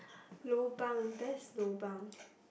lobang best lobang